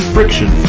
Friction